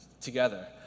together